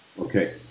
Okay